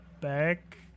back